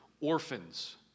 orphans